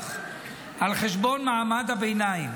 להרוויח על חשבון מעמד הביניים